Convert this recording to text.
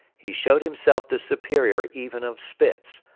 he showed himself the superior even of spitz,